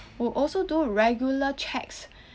will also do regular checks